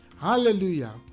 Hallelujah